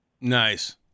Nice